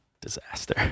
disaster